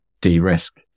de-risk